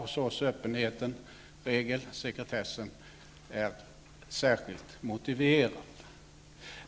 Hos oss är öppenhet regel och sekretess särskilt motiverad.